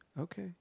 Okay